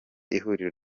ihuriro